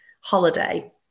holiday